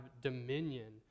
dominion